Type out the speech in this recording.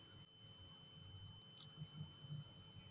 Insurance claim ಮಾಡೋದು ಹೆಂಗ?